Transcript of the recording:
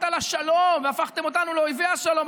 על השלום והפכתם אותנו לאויבי השלום.